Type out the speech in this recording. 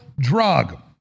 drug